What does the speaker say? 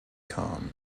com